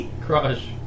Crush